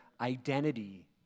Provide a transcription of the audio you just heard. identity